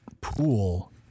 pool